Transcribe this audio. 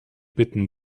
bitten